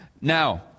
Now